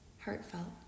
heartfelt